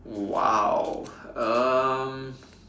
!wow! um